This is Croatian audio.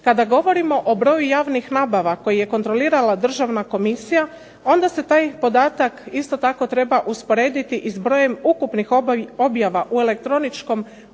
Kada govorimo o broju javnih nabava koje je kontrolirala državna komisija, onda se taj podatak isto tako treba usporediti i s brojem ukupnih objava u elektroničkom oglasniku